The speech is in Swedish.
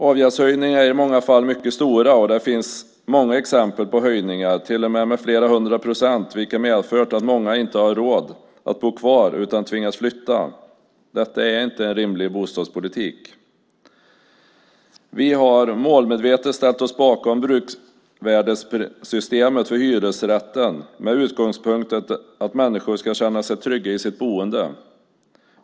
Avgäldshöjningarna är i många fall mycket stora, och det finns många exempel på höjningar - till och med flera hundra procent - vilka medfört att många inte har råd att bo kvar utan tvingas flytta. Detta är inte en rimlig bostadspolitik. Vi har målmedvetet ställt oss bakom bruksvärdessystemet för hyresrätten med utgångspunkten att människor ska känna sig trygga i sitt boende.